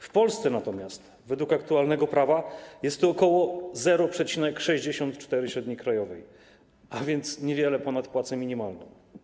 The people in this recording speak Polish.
W Polsce natomiast według aktualnego prawa jest to ok. 0,64 średniej krajowej, a więc niewiele ponad płacę minimalną.